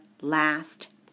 last